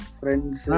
friends